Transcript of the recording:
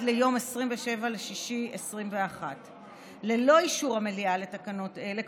ליום 27 ביוני 2021. ללא אישור המליאה לתקנות אלה,